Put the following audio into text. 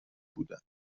بودند